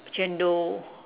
chendol